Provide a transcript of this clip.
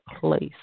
place